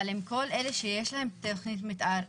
אבל עם כל אלה שיש להם תכנית מתאר,